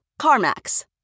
CarMax